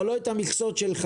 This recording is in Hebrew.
אבל לא את המכסות שלך?